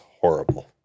horrible